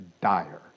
dire